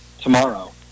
tomorrow